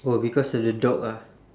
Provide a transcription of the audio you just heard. oh because of the dog ah